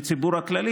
לציבור הכללי,